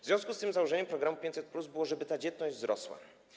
W związku z tym założeniem programu 500+ było to, żeby ta dzietność wzrosła.